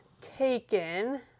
taken